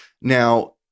Now